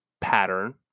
pattern